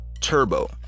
Turbo